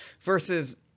versus